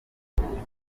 nk’intebe